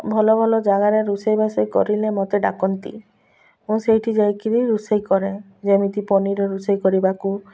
ଭଲ ଭଲ ଜାଗାରେ ରୋଷେଇବାସ କରିଲେ ମୋତେ ଡ଼ାକନ୍ତି ମୁଁ ସେଇଠି ଯାଇକିରି ରୋଷେଇ କରେ ଯେମିତି ପନିର ରୋଷେଇ କରିବାକୁ